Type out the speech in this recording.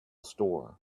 store